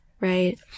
right